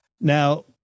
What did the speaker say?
now